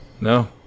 No